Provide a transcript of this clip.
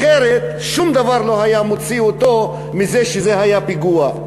אחרת שום דבר לא היה מוציא אותו מזה שזה היה פיגוע.